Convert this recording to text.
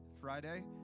Friday